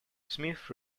smith